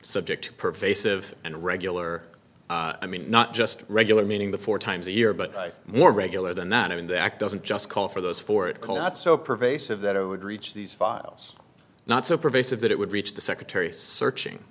subject to pervasive and regular i mean not just regular meeting the four times a year but more regular than that in the act doesn't just call for those for it cold not so pervasive that it would reach these files not so pervasive that it would reach the secretary searching